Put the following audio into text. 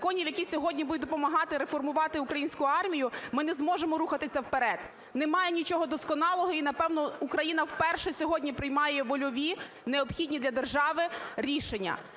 які сьогодні будуть допомагати реформувати українську армію, ми не зможемо рухатися вперед. Немає нічого досконалого і, напевно, Україна вперше сьогодні приймає вольові, необхідні для держави рішення.